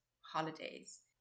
holidays